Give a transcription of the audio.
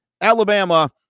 Alabama